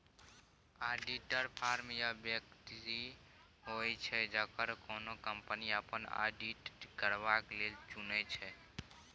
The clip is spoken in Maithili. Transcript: आडिटर फर्म या बेकती होइ छै जकरा कोनो कंपनी अपन आडिट करबा लेल चुनै छै